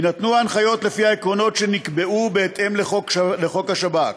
יינתנו ההנחיות לפי העקרונות שנקבעו בהתאם לחוק השב"כ.